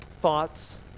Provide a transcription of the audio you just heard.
thoughts